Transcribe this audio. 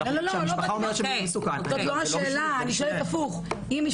זאת לא השאלה, אני שואלת הפוך.